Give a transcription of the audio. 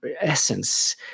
essence